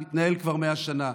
הוא מתנהל כבר 100 שנה.